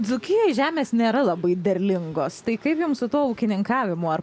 dzūkijoje žemės nėra labai derlingos tai kaip jums su tuo ūkininkavimu ar